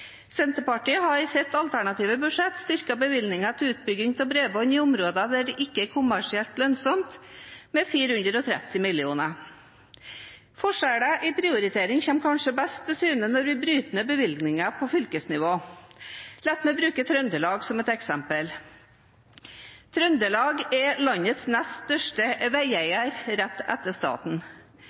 Senterpartiet har i sitt alternative budsjett styrket bevilgningene til utbygging av bredbånd i områder der det ikke er kommersielt lønnsomt, med 430 mill. kr. Forskjellene i prioritering kommer kanskje best til syne når vi bryter ned bevilgningene på fylkesnivå. La meg bruke Trøndelag som et eksempel. Trøndelag er landets nest største veieier, rett etter staten.